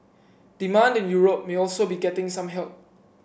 demand in Europe may also be getting some help